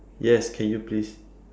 yes can you please